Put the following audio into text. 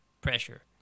pressure